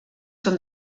són